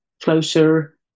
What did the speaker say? closer